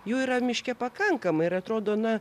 jų yra miške pakankamai ir atrodo na